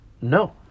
No